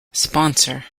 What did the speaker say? sponsor